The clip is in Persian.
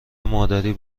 مادری